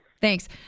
Thanks